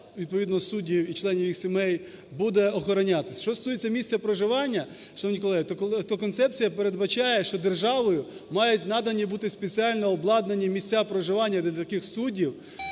відповідно суддів і членів їх сімей буде охоронятись. Що стосується місця проживання, шановні колеги, то концепція передбачає, що державою мають надані бути спеціально обладнані місця проживання для таких суддів